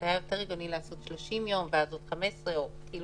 היה יותר הגיוני לקבוע 30 ימים ואז עוד 15 ימים.